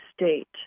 state